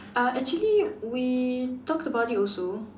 uh actually we talked about it also